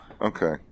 Okay